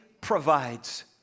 provides